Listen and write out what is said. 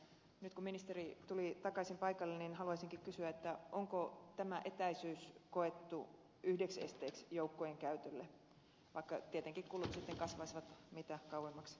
nyt kun ministeri tuli takaisin paikalle haluaisinkin kysyä onko tämä etäisyys koettu yhdeksi esteeksi joukkojen käytölle vaikka tietenkin kulut sitten kasvaisivat mitä kauemmaksi taas mentäisiin